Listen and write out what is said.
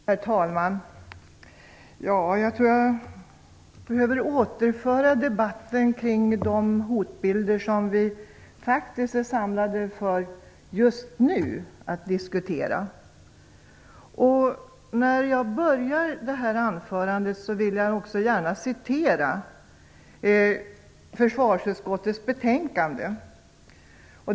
Herr talman! Jag tror att jag behöver återföra debatten till de hotbilder som vi faktiskt just nu är samlade för att diskutera. När jag börjar detta anförande vill jag också gärna referera försvarsutskottets betänkande.